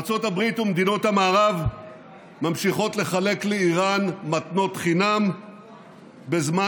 ארצות הברית ומדינות המערב ממשיכות לחלק לאיראן מתנות חינם בזמן